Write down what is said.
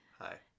Hi